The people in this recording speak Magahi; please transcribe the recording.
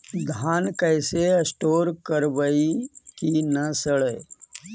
धान कैसे स्टोर करवई कि न सड़ै?